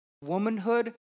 womanhood